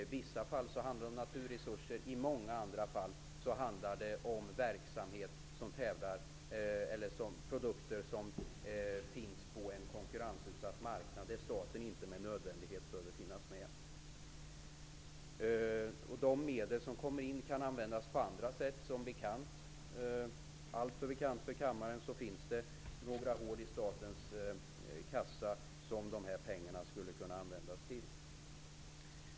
I vissa fall handlar det om naturresurser, i många andra fall handlar det om verksamhet eller produkter som finns på en konkurrensutsatt marknad, där staten inte nödvändigtvis behöver finnas med. De medel som kommer in kan användas på andra sätt. Det är alltför bekant för kammaren att det finns några hål i statens kassa som dessa pengar skulle kunna användas till.